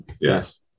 Yes